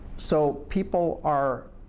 so, people are